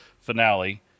finale